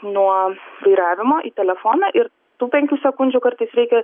nuo vairavimo į telefoną ir tų penkių sekundžių kartais reikia